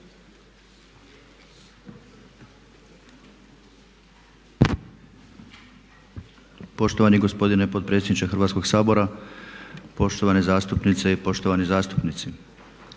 Poštovani gospodine potpredsjedniče Hrvatskog sabora. Poštovane zastupnice i poštovani zastupnici.